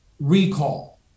recall